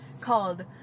Called